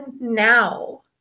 now